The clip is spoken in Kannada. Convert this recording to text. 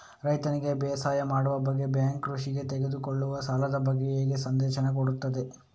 ರೈತನಿಗೆ ಬೇಸಾಯ ಮಾಡುವ ಬಗ್ಗೆ ಬ್ಯಾಂಕ್ ಕೃಷಿಗೆ ತೆಗೆದುಕೊಳ್ಳುವ ಸಾಲದ ಬಗ್ಗೆ ಹೇಗೆ ಸಂದೇಶ ಕೊಡುತ್ತದೆ?